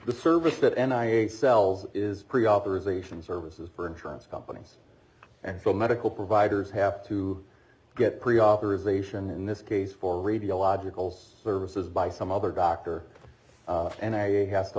the service that n i eight cells is pre authorization services for insurance companies and so medical providers have to get pre authorization in this case for radiological services by some other doctor and i have to